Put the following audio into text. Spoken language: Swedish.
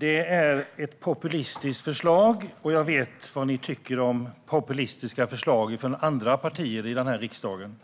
Det är ett populistiskt förslag, och jag vet vad ni tycker om populistiska förslag från andra partier i den här riksdagen.